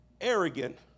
arrogant